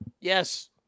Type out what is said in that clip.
Yes